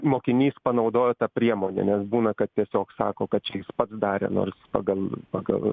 mokinys panaudojo tą priemonę nes būna kad tiesiog sako kad čia jis pats darė nors pagal pagal